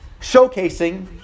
showcasing